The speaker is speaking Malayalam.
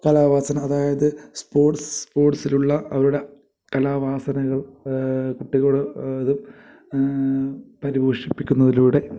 കലാവാസന അതായത് സ്പോർട്സ് സ്പോർട്സിലുള്ള അവരുടെ കലാവാസനകൾ കുട്ടികൾ ഇത് പരിപോഷിപ്പിക്കുന്നതിലൂടെ